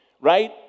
right